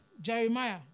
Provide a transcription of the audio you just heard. Jeremiah